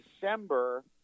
December